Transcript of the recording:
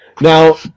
Now